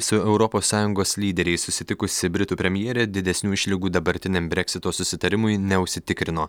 su europos sąjungos lyderiais susitikusi britų premjerė didesnių išlygų dabartiniam breksito susitarimui neužsitikrino